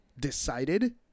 decided